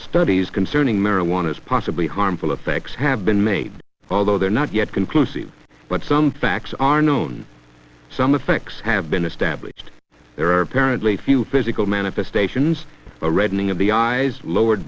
studies concerning marijuana's possibly harmful effects have been made although they're not yet conclusive but some facts are known some effects have been established there are apparently few physical manifestations reddening of the eyes lowered